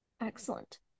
Excellent